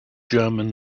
german